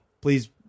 Please